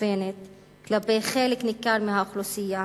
מכוונת כלפי חלק ניכר מהאוכלוסייה